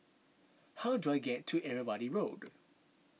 how do I get to Irrawaddy Road